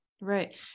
right